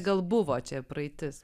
gal buvo čia praeitis